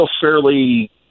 fairly